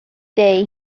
day